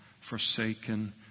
forsaken